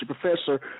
professor